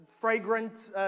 fragrant